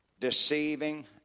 Deceiving